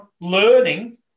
learning